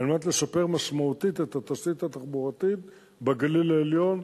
על מנת לשפר משמעותית את התשתית התחבורתית בגליל העליון,